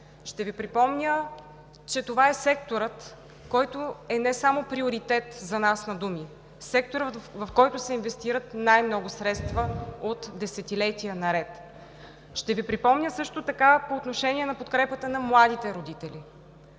Ще Ви припомня, че това е секторът, който за нас не е приоритет само на думи, а в който се инвестират най-много средства десетилетия наред. Ще Ви припомня също по отношение на подкрепата за младите родители